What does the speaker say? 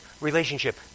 relationship